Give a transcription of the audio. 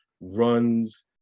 runs